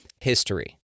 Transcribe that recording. History